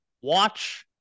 watch